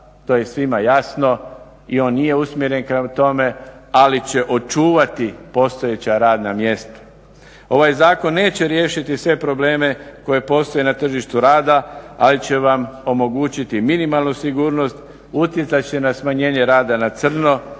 to je svima jasno i on nije usmjeren prema tome, ali će očuvati postojeća radna mjesta. Ovaj Zakon neće riješiti sve probleme koji postoje na tržištu rada, ali će vam omogućiti minimalnu sigurnost, utjecat će na smanjenje rada na crno